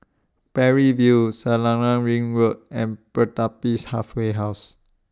Parry View Selarang Ring Road and Pertapis Halfway House